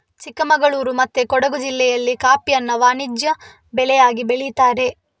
ಚಿಕ್ಕಮಗಳೂರು ಮತ್ತೆ ಕೊಡುಗು ಜಿಲ್ಲೆಯಲ್ಲಿ ಕಾಫಿಯನ್ನ ವಾಣಿಜ್ಯ ಬೆಳೆಯಾಗಿ ಬೆಳೀತಾರೆ